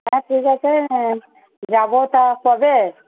হ্যাঁ ঠিক আছে যাব তা কবে